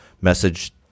message